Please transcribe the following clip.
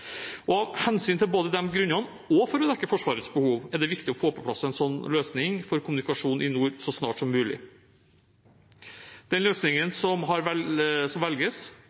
Både av hensyn til disse grunnene og for å dekke Forsvarets behov er det viktig å få på plass en slik løsning for kommunikasjon i nord så snart som mulig. Løsningen som velges,